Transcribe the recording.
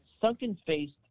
sunken-faced